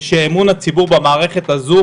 שאמון הציבור במערכת הזו,